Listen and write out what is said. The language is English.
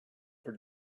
for